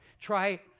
try